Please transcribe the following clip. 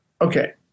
Okay